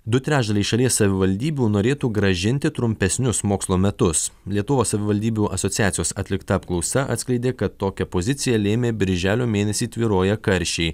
du trečdaliai šalies savivaldybių norėtų grąžinti trumpesnius mokslo metus lietuvos savivaldybių asociacijos atlikta apklausa atskleidė kad tokią poziciją lėmė birželio mėnesį tvyroję karščiai